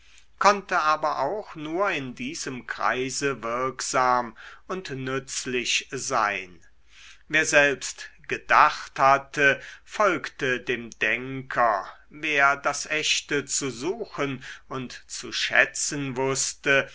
konnte aber auch nur in diesem kreise wirksam und nützlich sein wer selbst gedacht hatte folgte dem denker wer das echte zu suchen und zu schätzen wußte